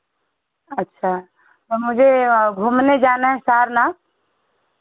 अच्छा तो मुझे घूमने जाना है सारनाथ